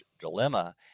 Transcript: dilemma